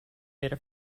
data